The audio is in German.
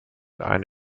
ein